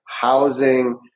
housing